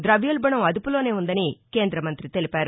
దవ్యోల్బణం అదుపులోనే ఉందని కేంద్రమంతి తెలిపారు